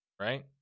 right